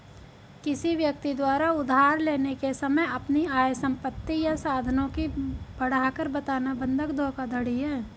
किसी व्यक्ति द्वारा उधार लेने के समय अपनी आय, संपत्ति या साधनों की बढ़ाकर बताना बंधक धोखाधड़ी है